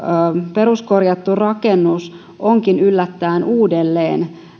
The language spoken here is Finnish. peruskorjattu rakennus onkin yllättäen uudelleen